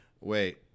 Wait